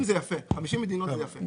50 מדינות זה יפה.